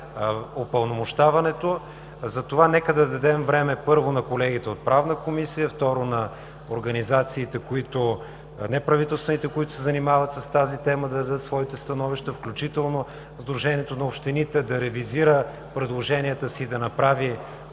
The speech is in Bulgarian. с упълномощаването. Затова нека да дадем време, първо, на колегите от Правната комисия, второ, на неправителствените организации, които се занимават с тази тема, да дадат своите становища, включително Сдружението на общините да ревизира предложенията си и да направи